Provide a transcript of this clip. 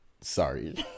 sorry